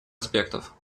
аспектов